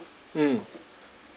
mm